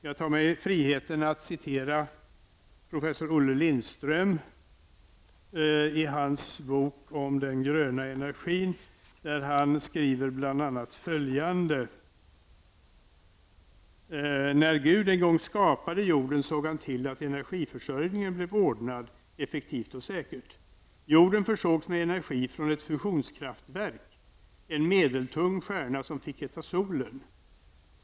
Jag tar mig friheten att citera professor Olle Lindström ur hans bok Den gröna energin, där han bl.a. skriver följande: ''När Gud en gång skapade Jorden, såg han till att energiförsörjningen blev ordnad effektivt och säkert. Jorden försågs med energi från ett fusionskraftverk, en medeltung stjärna som fick heta Solen.